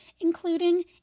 including